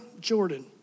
Jordan